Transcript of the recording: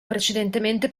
precedentemente